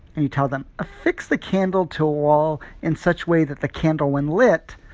and you tell them, affix the candle to a wall in such way that the candle, when lit,